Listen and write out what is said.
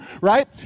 right